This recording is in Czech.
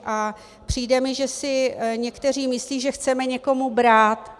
A přijde mi, že si někteří myslí, že chceme někomu brát.